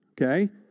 Okay